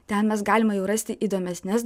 ten mes galime jau rasti įdomesnes